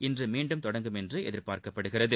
இன்று மீண்டும் தொடங்கும் என்று எதிர்பார்க்கப்படுகிறது